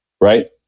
Right